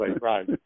right